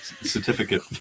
Certificate